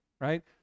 right